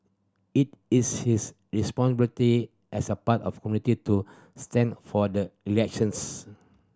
it is his responsibility as a part of community to stand for the elections